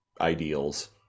ideals